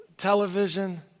television